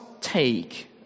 take